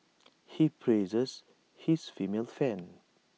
he praises his female fans